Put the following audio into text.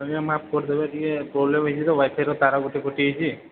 ଆଜ୍ଞା ମାଫ କରିଦେବେ ଟିକେ ପ୍ରୋବ୍ଲେମ୍ ହେଇଛି ତ ୱାଇ ଫାଇ ତାର ଗୋଟେ କଟିଯାଇଛି